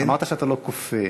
אמרת שאתה לא כופה.